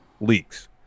leaks